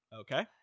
Okay